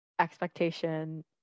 expectation